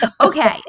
Okay